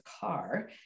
car